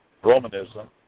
Romanism